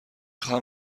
خواهم